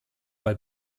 weil